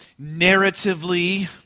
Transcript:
narratively